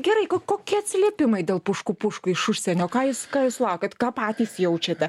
gerai ko kokie atsiliepimai dėl pušku pušku iš užsienio ką jūs ką jūs sulaukiat ką patys jaučiate